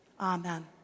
amen